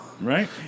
Right